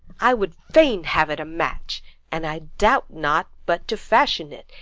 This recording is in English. i would fain have it a match and i doubt not but to fashion it,